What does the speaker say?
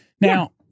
Now